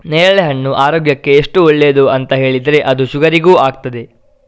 ನೇರಳೆಹಣ್ಣು ಆರೋಗ್ಯಕ್ಕೆ ಎಷ್ಟು ಒಳ್ಳೇದು ಅಂತ ಹೇಳಿದ್ರೆ ಅದು ಶುಗರಿಗೂ ಆಗ್ತದೆ